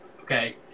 Okay